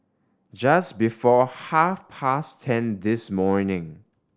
just before half past ten this morning